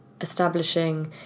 establishing